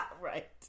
Right